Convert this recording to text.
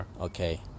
Okay